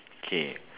K